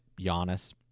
Giannis